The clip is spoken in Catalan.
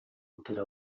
cultura